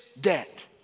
debt